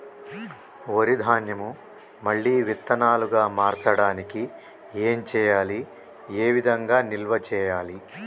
వరి ధాన్యము మళ్ళీ విత్తనాలు గా మార్చడానికి ఏం చేయాలి ఏ విధంగా నిల్వ చేయాలి?